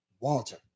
Walter